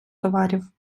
товарів